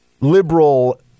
liberal